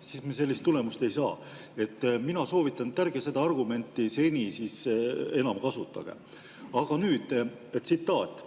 siis me sellist tulemust ei saa. Mina soovitan, et ärge seda argumenti seni enam kasutage. Aga nüüd tsitaat: